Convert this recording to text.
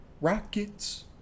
Rockets